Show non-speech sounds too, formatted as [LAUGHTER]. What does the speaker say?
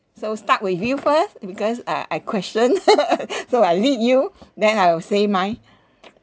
so start with you first because uh I question [LAUGHS] so I lead you then I will say mine